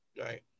Right